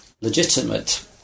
legitimate